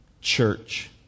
church